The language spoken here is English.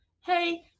Hey